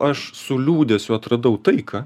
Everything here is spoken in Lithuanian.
aš su liūdesiu atradau taiką